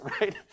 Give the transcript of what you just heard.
right